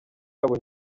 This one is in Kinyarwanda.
yabo